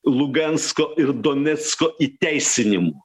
lugansko ir donecko įteisinimu